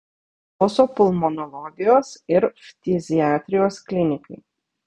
priklauso pulmonologijos ir ftiziatrijos klinikai